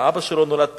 האבא שלו נולד בצפת,